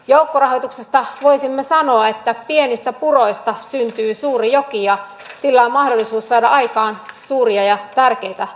joukkorahoituksesta voisimme sanoa että pienistä puroista syntyy suuri joki ja sillä on mahdollisuus saada aikaan suuria ja tärkeitä asioita